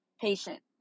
patient